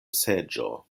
seĝo